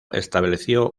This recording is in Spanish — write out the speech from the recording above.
estableció